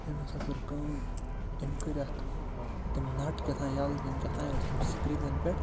أمۍ ہَسا کٔر کٲم أمۍ کٔرۍ اَتھ تِم نَٹ کیٛاہ تھام یَلہٕ کِنہٕ کیٛاہ تھام ٲسۍ تِم سپرِنٛگَن پٮ۪ٹھ